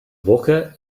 woche